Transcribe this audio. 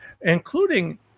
including